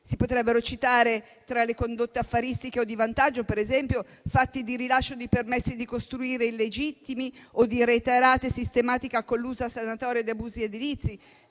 Si potrebbero citare, tra le condotte affaristiche o di vantaggio, per esempio, fatti di rilascio di permessi di costruire illegittimi o di reiterata, sistematica e collusa sanatoria di abusi edilizi.